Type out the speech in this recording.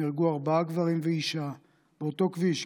נהרגו ארבעה גברים ואישה באותו כביש,